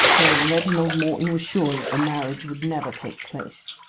then reginald morton was sure that the marriage would never take place.